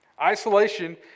Isolation